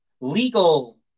legal